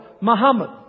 Muhammad